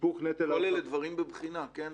--- כל אלה דברים בבחינה, כן?